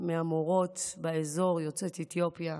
מהמורות באזור, יוצאת אתיופיה.